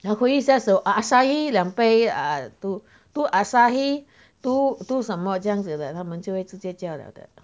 让后一下手 ah asahi 两杯 err err two asahi two two 什么这样子的他们会直接叫了的